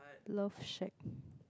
love shack